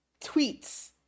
tweets